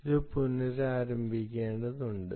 ഇത് പുനരാരംഭിക്കേണ്ടതുണ്ട്